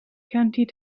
county